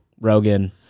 Rogan